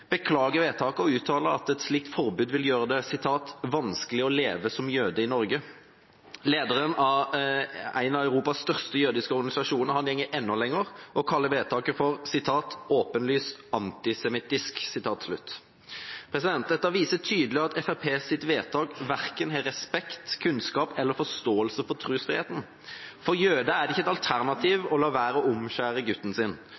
beklager vedtaket og uttaler at et slikt forbud vil gjøre det vanskelig å leve som jøde i Norge. Lederen av en av Europas største jødiske organisasjoner går enda lengre og kaller vedtaket åpenlyst antisemittisk. Dette viser tydelig at Fremskrittspartiets vedtak verken har respekt for, kunnskap om eller forståelse for trosfriheten. For en jøde er det ikke et alternativ å la være å omskjære gutten sin;